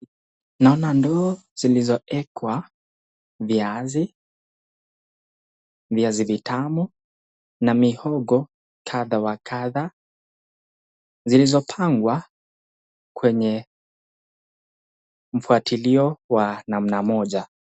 Naona ndoo zilizoekwa viazi, viazi tamu na mihogo kadha wa kadha zilizopangwa kwenye mfuatilio wa namna moja.